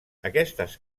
aquestes